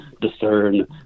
discern